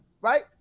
right